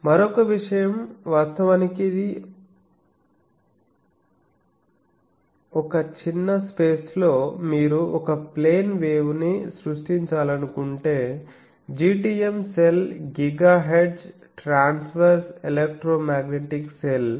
మరొక విషయం వాస్తవానికి ఒక చిన్న స్పేస్ లో మీరు ఒక ప్లేన్ వేవ్ ను సృష్టించాలనుకుంటే GTEM cell GHz transverse electromagnetic cell